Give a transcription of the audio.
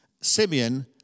Simeon